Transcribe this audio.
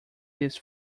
this